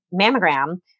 mammogram